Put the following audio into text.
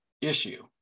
issue